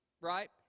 right